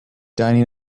dining